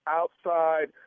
outside